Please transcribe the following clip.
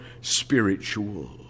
spiritual